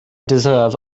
deserve